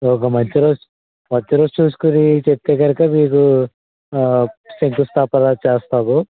ఒక మంచి రోజ్ మంచి రోజు చూసుకోని చెప్తేగనుక మీకు ఆ శంకుస్థాపన చేస్తాము